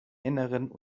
innern